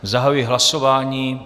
Zahajuji hlasování.